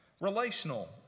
relational